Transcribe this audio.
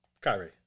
Kyrie